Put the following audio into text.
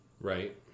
Right